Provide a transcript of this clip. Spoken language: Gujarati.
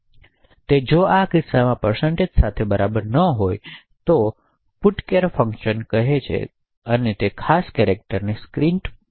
તે જો આ કિસ્સામાં સાથે બરાબર ન હોય તો પુટકેર ફંક્શન કહે છે અને તે ખાસ કેરેક્ટર સ્ક્રીન પર પ્રિન્ટ કરવામાં આવે છે